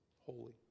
holy